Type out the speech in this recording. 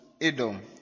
Edom